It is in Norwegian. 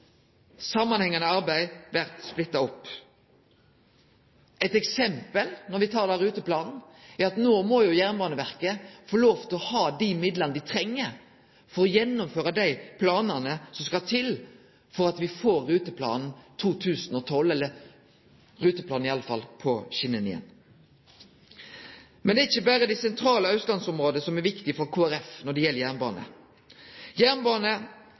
samanhengande arbeid blir splitta opp. Eit eksempel, når me tek Ruteplan 2012, er at no må Jernbaneverket få dei midlane dei treng for å gjennomføre dei planane som skal til for at me skal få Ruteplan 2012 – eller i alle fall ruteplanen – på skjenene igjen. Det er ikkje berre det sentrale austlandsområdet som er viktig for Kristeleg Folkeparti når det gjeld